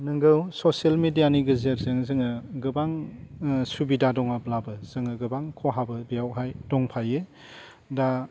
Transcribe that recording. नोंगौ ससियेल मेडियानि गेजेरजों जोङो गोबां सुबिदा दङब्लाबो जोङो गोबां खहाबो बेवहाय दंफायो दा